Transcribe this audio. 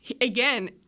again